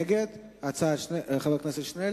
הנושא הבא: אכיפת החוק בנגב ובגליל